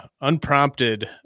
unprompted